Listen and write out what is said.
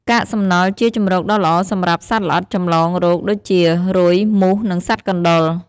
កាកសំណល់ជាជម្រកដ៏ល្អសម្រាប់សត្វល្អិតចម្លងរោគដូចជា រុយ មូស និងសត្វកណ្ដុរ។